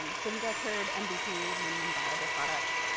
um so have you guys heard and mvp, minimum viable product?